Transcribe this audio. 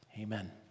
Amen